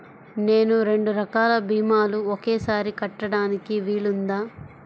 నేను రెండు రకాల భీమాలు ఒకేసారి కట్టడానికి వీలుందా?